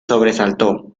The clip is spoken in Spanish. sobresaltó